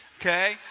okay